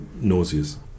nauseous